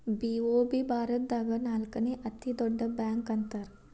BOB ಭಾರತದಾಗ ನಾಲ್ಕನೇ ಅತೇ ದೊಡ್ಡ ಬ್ಯಾಂಕ ಅಂತಾರ